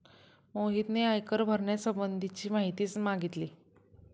मोहितने आयकर भरण्यासंबंधीची माहिती मागितली